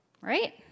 right